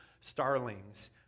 starlings